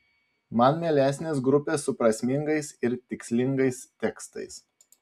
man mielesnės grupės su prasmingais ir tikslingais tekstais